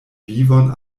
vivon